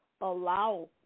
allow